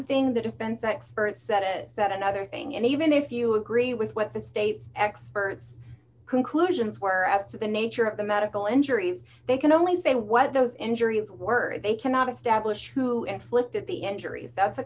thing the defense expert said it that another thing and even if you agree with what the state's experts conclusions were as to the nature of the medical injuries they can only say what those injuries were they cannot of stablish who inflicted the injuries that's a